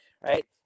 right